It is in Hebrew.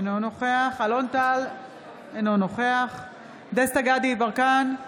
אינו נוכח אלון טל, אינו נוכח דסטה גדי יברקן,